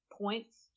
points